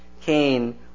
Cain